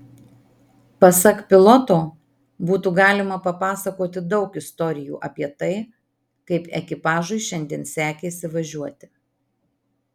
pasak piloto būtų galima papasakoti daug istorijų apie tai kaip ekipažui šiandien sekėsi važiuoti